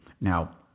Now